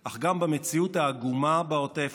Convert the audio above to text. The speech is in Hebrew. אך גם במציאות העגומה בעוטף,